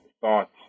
thoughts